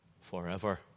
forever